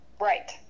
Right